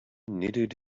knitted